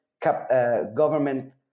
government